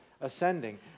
ascending